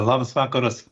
labas vakaras